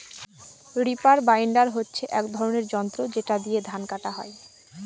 reaper binder হচ্ছে এক ধরনের যন্ত্র যেটা দিয়ে ধান কাটা হয়